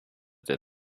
der